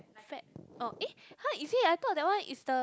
Feb oh eh !huh! is it I thought that one is the